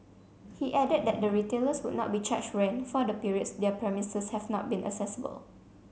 he added that the retailers would not be charged rent for the periods their premises have not been accessible